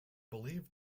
believed